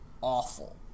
Awful